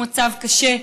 הוא מצב קשה.